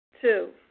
Two